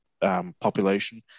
population